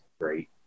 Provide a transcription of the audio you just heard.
great